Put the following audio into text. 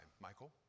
Michael